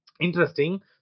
Interesting